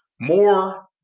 more